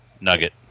nugget